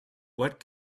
what